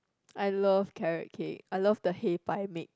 I love carrot cake I love the 黑白 mix